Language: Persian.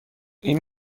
این